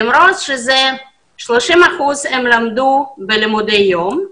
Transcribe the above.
למרות ש-30 אחוזים הם למדו לימודי יום.